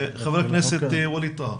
ח"כ ווליד טאהא.